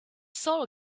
saw